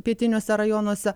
pietiniuose rajonuose